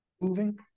moving